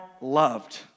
loved